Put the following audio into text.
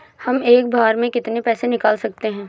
हम एक बार में कितनी पैसे निकाल सकते हैं?